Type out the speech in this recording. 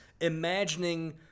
imagining